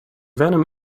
venom